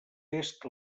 est